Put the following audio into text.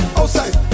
outside